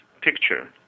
picture